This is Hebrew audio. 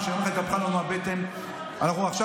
אני אומר לך,